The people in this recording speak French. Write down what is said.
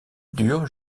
dure